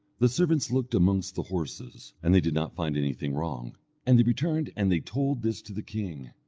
the servants looked amongst the horses, and they did not find anything wrong and they returned and they told this to the king,